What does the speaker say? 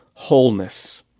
Wholeness